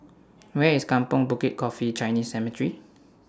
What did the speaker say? Where IS Kampong Bukit Coffee Chinese Cemetery